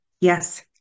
yes